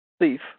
thief